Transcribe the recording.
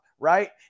Right